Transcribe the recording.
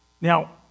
Now